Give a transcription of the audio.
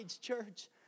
church